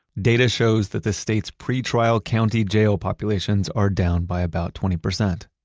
data shows that the state's pretrial county jail populations are down by about twenty percent.